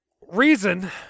reason